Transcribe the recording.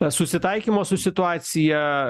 susitaikymo su situacija